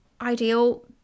ideal